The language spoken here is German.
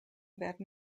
werden